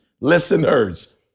Listeners